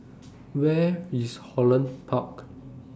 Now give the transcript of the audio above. Where IS Holland Park